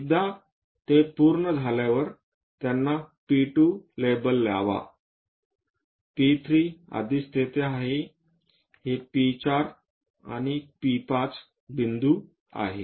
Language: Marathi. एकदा हे पूर्ण झाल्यावर त्यांना P2 लेबल लावा P3 आधीच तेथे आहे हे P4 P5 बिंदू आहेत